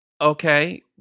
Okay